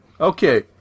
Okay